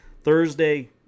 Thursday